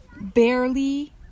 barely